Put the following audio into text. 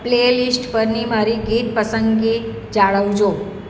play list પરની મારી ગીત પસંદગી જાળવજો